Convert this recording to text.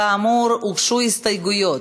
כאמור, הוגשו הסתייגויות.